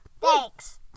thanks